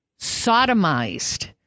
sodomized